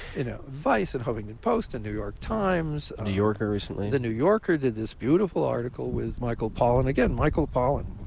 you know vice and huffington post, and new york times. new yorker recently. the new yorker did this beautiful article with michael pollan. again, michael pollan,